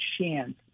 chance